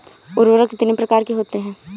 उर्वरक कितनी प्रकार के होते हैं?